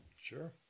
Sure